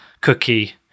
Cookie